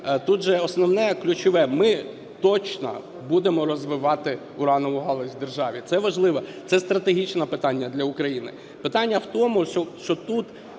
тут же основне ключове: ми точно будемо розвивати уранову галузь в державі. Це важливо, це стратегічне питання для України. Питання в тому, що тут